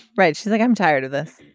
right. she's like, i'm tired of this.